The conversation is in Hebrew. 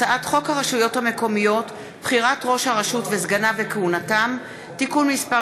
הצעת חוק הרשויות המקומיות (בחירת ראש הרשות וסגניו וכהונתם) (תיקון מס'